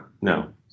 No